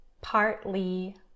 partly